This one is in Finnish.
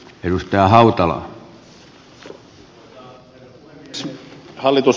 arvoisa herra puhemies